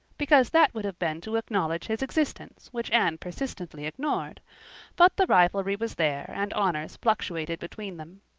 because that would have been to acknowledge his existence which anne persistently ignored but the rivalry was there and honors fluctuated between them.